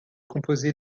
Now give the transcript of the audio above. composée